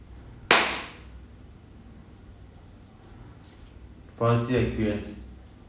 positive experience